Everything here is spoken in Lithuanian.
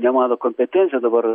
ne mano kompetencija dabar